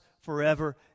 forever